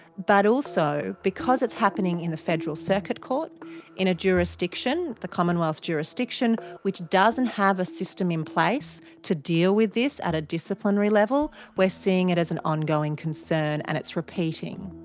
but also because it's happening in the federal circuit court in a jurisdiction, the commonwealth jurisdiction, which doesn't have a system in place to deal with this at a disciplinary level, we're seeing it as an ongoing concern and it's repeating.